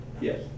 Yes